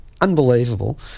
unbelievable